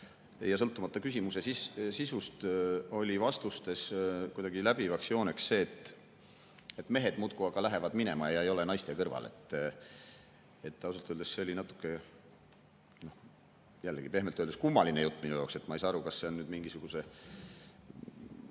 ja sõltumata küsimuse sisust, oli vastustes kuidagi läbivaks jooneks see, et mehed muudkui aga lähevad minema ja ei ole naiste kõrval. Ausalt öeldes see oli natuke jällegi pehmelt öeldes kummaline jutt minu jaoks. Ma ei saa aru, kas see on mingisuguste